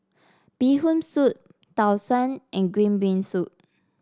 Bee Hoon Soup Tau Suan and Green Bean Soup